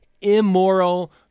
immoral